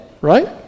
right